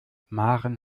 maren